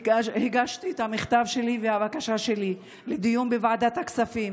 הגשתי את המכתב שלי והבקשה שלי לדיון בוועדת הכספים,